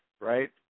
right